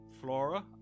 Flora